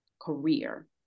career